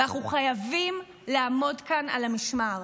ואנחנו חייבים לעמוד כאן על המשמר.